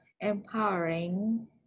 empowering